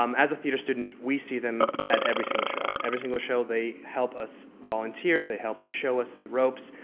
um as a theater student, we see them at every single show. every single show, they help us volunteer, they help show us the ropes,